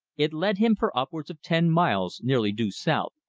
it led him for upwards of ten miles nearly due south,